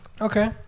Okay